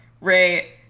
Ray-